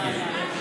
מתנגד.